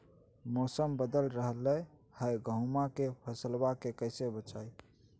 मौसम बदल रहलै है गेहूँआ के फसलबा के कैसे बचैये?